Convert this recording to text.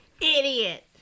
Idiot